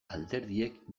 alderdiek